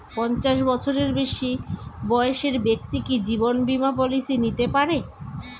পঞ্চাশ বছরের বেশি বয়সের ব্যক্তি কি জীবন বীমা পলিসি নিতে পারে?